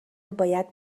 باید